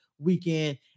Weekend